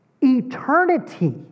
eternity